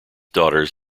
daughters